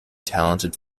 talented